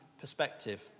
perspective